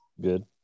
Good